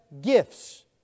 gifts